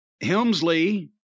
Helmsley